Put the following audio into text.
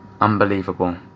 unbelievable